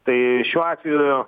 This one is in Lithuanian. tai šiuo atveju